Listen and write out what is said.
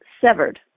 severed